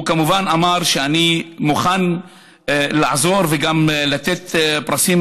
הוא כמובן אמר שהוא מוכן לעזור וגם לתת פרסים